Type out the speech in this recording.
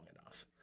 enough